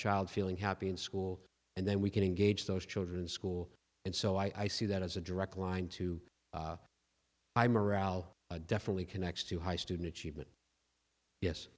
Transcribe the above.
child feeling happy in school and then we can engage those children to school and so i see that as a direct line to my morale definitely connected to high student achievement yes